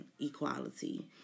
equality